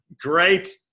Great